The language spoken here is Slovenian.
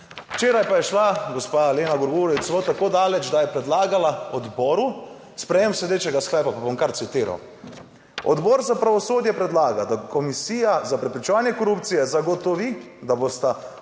Včeraj pa je šla gospa Lena Grgurevič celo tako daleč, da je predlagala odboru sprejem sledečega sklepa, pa bom kar citiral: Odbor za pravosodje predlaga, da Komisija za preprečevanje korupcije zagotovi, da bosta